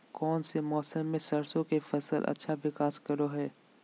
कौन मौसम मैं सरसों के फसल अच्छा विकास करो हय?